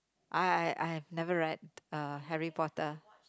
I I I have never read uh Harry-Potter